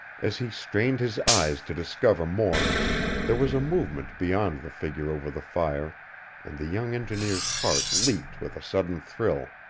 as he strained his eyes to discover more there was a movement beyond the figure over the fire and the young engineer's heart leaped with a sudden thrill.